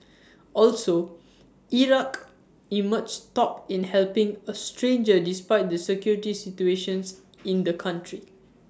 also Iraq emerged top in helping A stranger despite the security situation in the country